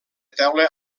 teula